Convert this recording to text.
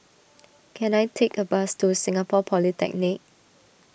can I take a bus to Singapore Polytechnic